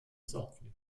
sorten